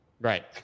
Right